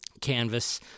canvas